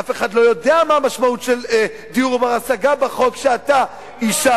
אף אחד לא יודע מה המשמעות של "דיור בר-השגה" בחוק שאתה אישרת.